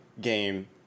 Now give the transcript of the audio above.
game